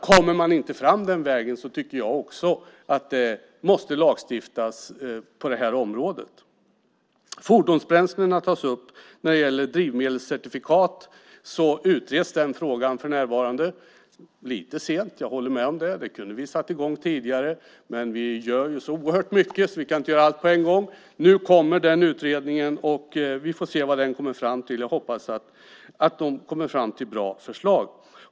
Kommer man inte fram den vägen tycker också jag att det måste lagstiftas på det här området. Fordonsbränslena tas upp. När det gäller drivmedelscertifikat utreds den frågan för närvarande. Jag håller med om att det är lite sent. Det kunde ha satt i gång tidigare. Men vi gör så oerhört mycket att vi inte kan göra allt på en gång. Nu kommer den utredningen. Vi får se vad den kommer fram till. Jag hoppas den kommer fram till bra förslag.